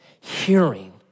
Hearing